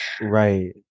Right